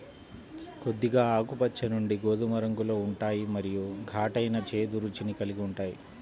కొద్దిగా ఆకుపచ్చ నుండి గోధుమ రంగులో ఉంటాయి మరియు ఘాటైన, చేదు రుచిని కలిగి ఉంటాయి